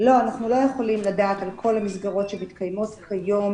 אנחנו לא יכולים לדעת על כל המסגרות שמתקיימות כיום